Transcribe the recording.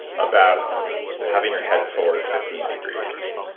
about having your head forward fifteen degrees,